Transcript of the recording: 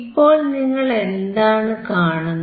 ഇപ്പോൾ നിങ്ങളെന്താണ് കാണുന്നത്